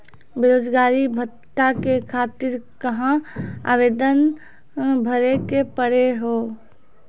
बेरोजगारी भत्ता के खातिर कहां आवेदन भरे के पड़ी हो?